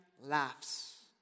laughs